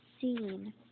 seen